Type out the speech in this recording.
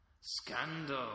Scandal